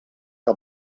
que